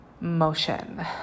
motion